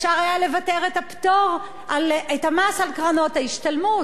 אפשר היה לבטל את הפטור על המס על קרנות ההשתלמות.